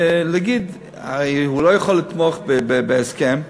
הוא לא יכול לתמוך בהסכם,